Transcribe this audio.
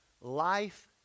Life